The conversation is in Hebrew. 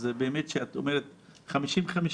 כשאת אומרת 50 50,